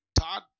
todd